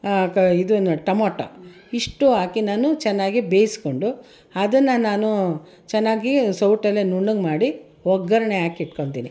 ಕ ಇದನ್ನು ಟೊಮಟೋ ಇಷ್ಟು ಹಾಕಿ ನಾನು ಚೆನ್ನಾಗಿ ಬೇಯ್ಸ್ಕೊಂಡು ಅದನ್ನ ನಾನು ಚೆನ್ನಾಗಿ ಸೌಟಲ್ಲಿ ನುಣ್ಣಗೆ ಮಾಡಿ ಒಗ್ಗರಣೆ ಹಾಕಿಟ್ಕೊಳ್ತೀನಿ